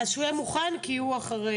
אז שיהיה מוכן, כי הוא אחרי.